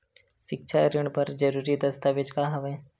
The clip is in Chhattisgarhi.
सिक्छा ऋण बर जरूरी दस्तावेज का हवय?